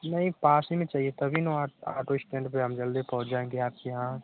नहीं पास ही में चाहिए तभी न आटो इस्टैंड पर हम जल्दी पहुँच जाएँगे आपके यहाँ